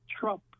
Trump